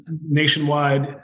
nationwide